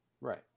right